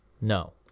no